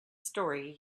story